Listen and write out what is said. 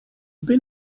been